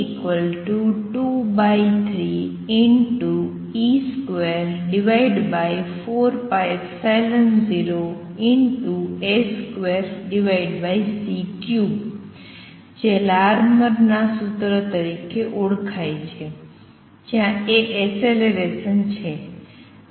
a જે લારર્મરના સૂત્ર તરીકે ઓળખાય છે જ્યાં a એસેલેરેસન છે